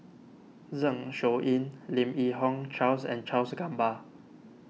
Zeng Shouyin Lim Yi Yong Charles and Charles Gamba